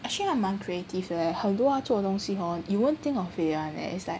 actually 他蛮 creative 的 leh 很多他做东西 hor you won't think of it one leh it's like